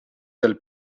del